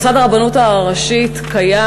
מוסד הרבנות הראשית קיים.